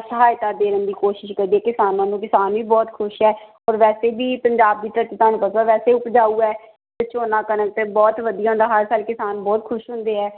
ਸਹਾਇਤਾ ਦੇਣ ਦੀ ਕੋਸ਼ਿਸ਼ ਕਰਦੀ ਕਿਸਾਨਾਂ ਨੂੰ ਵੀ ਕਿਸਾਨ ਵੀ ਬਹੁਤ ਖੁਸ਼ ਹੈ ਔਰ ਵੈਸੇ ਵੀ ਪੰਜਾਬ ਦੀ ਧਰਤੀ ਤੁਹਾਨੂੰ ਪਤਾ ਵੈਸੇ ਉਪਜਾਊ ਹੈ ਅਤੇ ਝੋਨਾ ਕਣਕ ਤਾਂ ਬਹੁਤ ਵਧੀਆ ਹੁੰਦਾ ਹਰ ਸਾਲ ਕਿਸਾਨ ਬਹੁਤ ਖੁਸ਼ ਹੁੰਦੇ ਹੈ